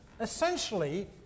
essentially